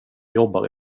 jobbar